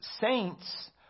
Saints